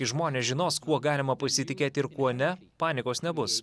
kai žmonės žinos kuo galima pasitikėti ir kuo ne panikos nebus